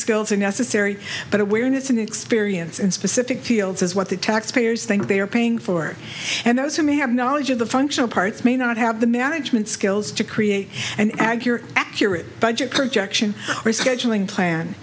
skills are necessary but awareness and experience in specific fields is what the taxpayers think they are paying for and those who may have knowledge of the functional parts may not have the management skills to create an accurate accurate budget projection rescheduling plan